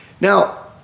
Now